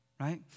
Right